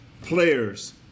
players